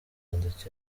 inganzo